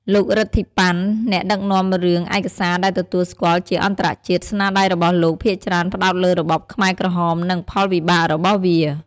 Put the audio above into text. លោក រិទ្ធី ប៉ាន់ អ្នកដឹកនាំរឿងឯកសារដែលទទួលស្គាល់ជាអន្តរជាតិ ស្នាដៃរបស់លោកភាគច្រើនផ្តោតលើរបបខ្មែរក្រហម និងផលវិបាករបស់វា។